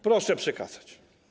Proszę przekazać.